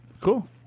cool